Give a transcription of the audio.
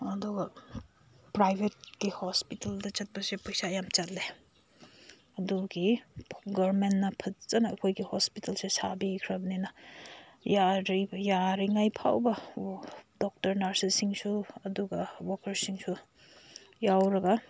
ꯑꯗꯨꯒ ꯄ꯭ꯔꯥꯏꯕꯦꯠꯀꯤ ꯍꯣꯁꯄꯤꯇꯥꯜꯗ ꯆꯠꯄꯁꯦ ꯄꯩꯁꯥ ꯌꯥꯝ ꯆꯠꯂꯦ ꯑꯗꯨꯒꯤ ꯒꯣꯔꯃꯦꯟꯅ ꯐꯖꯅ ꯑꯩꯈꯣꯏꯒꯤ ꯍꯣꯁꯄꯤꯇꯥꯜꯁꯦ ꯁꯥꯕꯤꯈ꯭ꯔꯕꯅꯤꯅ ꯌꯥꯔꯤꯉꯩꯐꯥꯎꯕ ꯗꯣꯛꯇꯔ ꯅꯔꯁꯦꯁꯁꯤꯡꯁꯨ ꯑꯗꯨꯒ ꯋꯥꯀꯔꯁꯤꯡꯁꯨ ꯌꯥꯎꯔꯒ